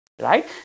right